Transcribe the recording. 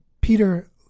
Peter